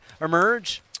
emerge